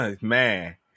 Man